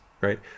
right